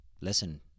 listen